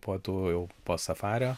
po tų jau po safario